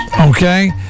Okay